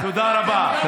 תודה רבה.